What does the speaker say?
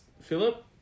Philip